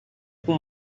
com